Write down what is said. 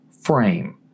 FRAME